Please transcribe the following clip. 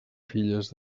filles